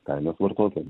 kainas vartotojam